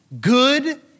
good